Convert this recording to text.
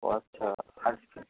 ও আচ্ছা